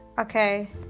Okay